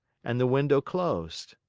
and the window closed.